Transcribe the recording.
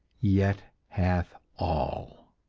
yet hath all.